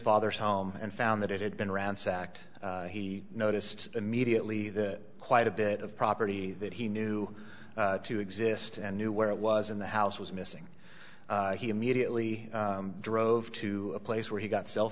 father's home and found that it had been ransacked he noticed immediately that quite a bit of property that he knew to exist and knew where it was in the house was missing he immediately drove to a place where he got cell